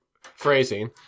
Phrasing